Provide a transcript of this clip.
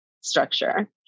structure